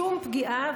שום פגיעה,